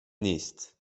نیست